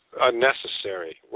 unnecessary